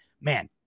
man